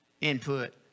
Input